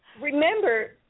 remember